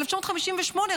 ב-1958,